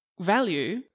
value